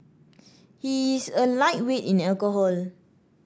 he is a lightweight in alcohol